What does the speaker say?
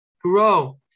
grow